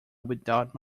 without